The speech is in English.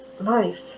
life